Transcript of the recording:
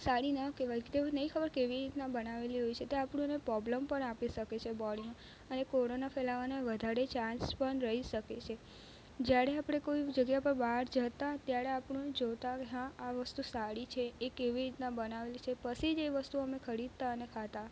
સારી ન કહેવાય તેવો નહીં ખબર કેવી રીતના બનાવેલી હોય છે તે આપણને અને પોબલમ પણ આપી શકે છે બોડીમાં અને કોરોના ફેલાવાનો વધારે ચાન્સ પણ રહી શકે સે જ્યારે આપણે કોઈ એવી જગ્યા પર બહાર જતાં ત્યારે આપણે જોતાં કે હા આ વસ્તુ સારી છે એ કેવી રીતના બનાવેલી છે પછી જ એ વસ્તુ અમે ખરીદતા અને ખાતા